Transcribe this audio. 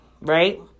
right